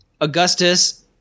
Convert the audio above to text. Augustus